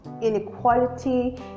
inequality